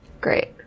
Great